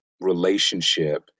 relationship